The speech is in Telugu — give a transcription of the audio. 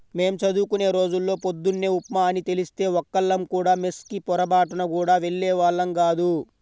మేం చదువుకునే రోజుల్లో పొద్దున్న ఉప్మా అని తెలిస్తే ఒక్కళ్ళం కూడా మెస్ కి పొరబాటున గూడా వెళ్ళేవాళ్ళం గాదు